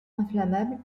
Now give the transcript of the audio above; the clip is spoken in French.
inflammable